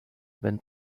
wenn